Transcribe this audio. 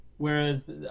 Whereas